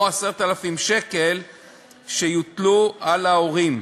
או 10,000 שקל שיוטלו על ההורים.